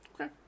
Okay